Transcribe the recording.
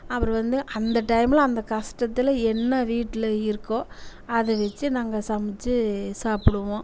அப்புறம் வந்து அந்த டைமில் அந்த கஷ்டத்தில் என்ன வீட்டில் இருக்கோ அதை வெச்சு நாங்கள் சமைச்சி சாப்பிடுவோம்